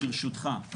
ברשותך,